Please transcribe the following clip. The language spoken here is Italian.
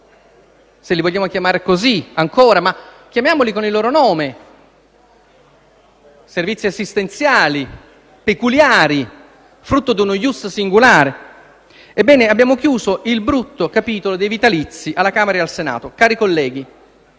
se li vogliamo chiamare così. Ma chiamiamoli con il loro nome: servizi assistenziali, peculiari, frutto di uno *ius singulare*. Ebbene, abbiamo chiuso il brutto capitolo dei vitalizi alla Camera e al Senato. MALPEZZI